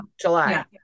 July